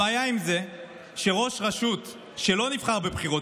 הבעיה עם זה היא שראש רשות שלא נבחר בבחירות,